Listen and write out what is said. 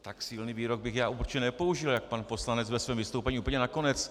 Tak silný výrok bych já určitě nepoužil jako pan poslanec ve svém vystoupení úplně nakonec.